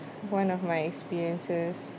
one of my experiences